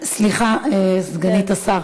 סליחה, סגנית השר.